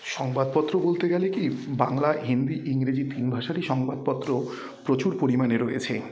সংবাদপত্র বলতে গেলে কী বাংলা হিন্দি ইংরেজি তিন ভাষাকেই সংবাদপত্র প্রচুর পরিমাণে রয়েছে